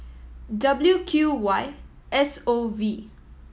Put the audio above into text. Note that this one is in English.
W Q Y S O V